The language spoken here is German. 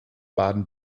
baden